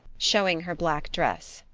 showing her black dress.